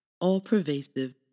all-pervasive